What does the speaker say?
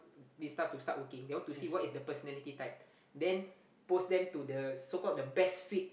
this staff to start working they want to see what is the personality type then post them to the so called the best fit